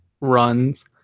runs